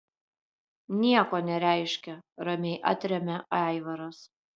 nieko nereiškia ramiai atremia aivaras